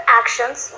actions